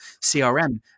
crm